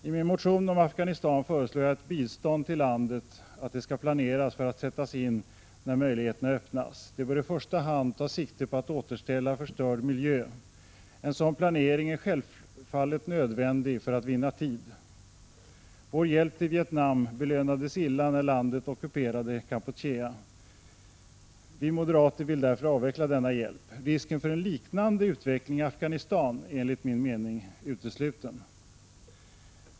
I min motion om Afghanistan föreslår jag att bistånd till landet skall planeras för att kunna sättas in när möjligheterna öppnas. Biståndet bör i första hand ta sikte på att återställa förstörd miljö. En sådan planering är självfallet nödvändig för att vinna tid. Vår hjälp till Vietnam belönades illa när landet ockuperade Kampuchea. Vi moderater vill därför avveckla denna hjälp. Risken för en liknande utveckling i Afghanistan är enligt min mening utesluten.